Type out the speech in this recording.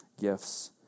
gifts